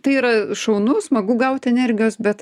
tai yra šaunu smagu gauti energijos bet